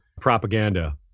propaganda